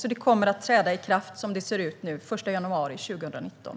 Som det ser ut nu kommer det att träda i kraft den 1 januari 2019.